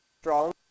strong